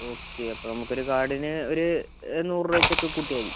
okay അപ്പോൾ നമുക്കൊരു കാർഡിന് ഒരു നൂറ് രൂപ വച്ചൊക്കെ കൂട്ടിയാൽ മതി